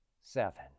seven